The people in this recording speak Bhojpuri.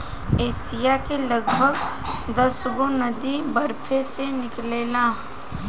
एशिया के लगभग दसगो नदी बरफे से निकलेला